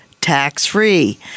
tax-free